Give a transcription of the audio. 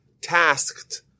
tasked